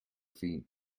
feet